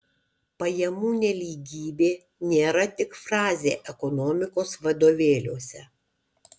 pajamų nelygybė nėra tik frazė ekonomikos vadovėliuose